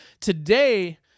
today